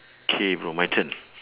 K bro my turn